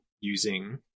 using